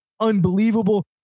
unbelievable